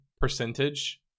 percentage